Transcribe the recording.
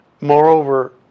moreover